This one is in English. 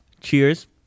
Cheers